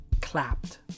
Clapped